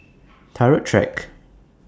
Turut Track